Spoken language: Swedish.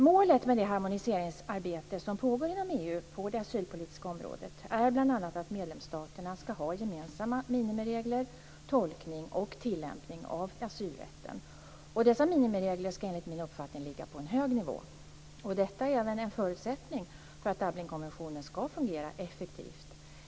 Målet med det harmoniseringsarbete som pågår inom EU på det asylpolitiska området är bl.a. att medlemsstaterna ska ha gemensamma minimiregler och gemensam tolkning och tillämpning av asylrätten. Dessa minimiregler ska enligt min uppfattning ligga på en hög nivå. Detta är även en förutsättning för att Dublinkonventionen ska fungera effektivt.